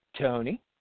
Tony